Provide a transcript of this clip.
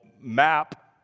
map